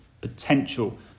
potential